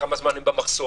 וכמה זמן הם במחסום.